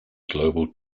global